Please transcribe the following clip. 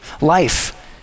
life